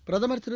பிரதமர் திரு